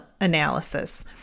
analysis